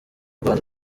rwanda